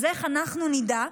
אז איך אנחנו נדע,